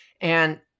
and-